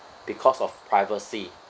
because of privacy